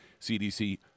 CDC